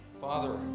Father